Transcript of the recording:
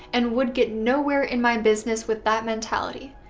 and would get nowhere in my business with that mentality.